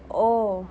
oh